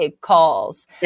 calls